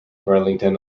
burlington